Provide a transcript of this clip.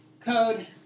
code